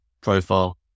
profile